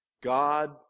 God